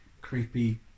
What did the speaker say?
creepy